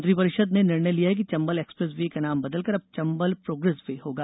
मंत्रिपरिषद ने निर्णय लिया है कि चंबल एक्सप्रेसवे का नाम बदलकर चंबल प्रोगेसवे होगा